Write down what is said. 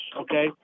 Okay